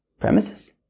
Premises